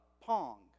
Pong